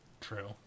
True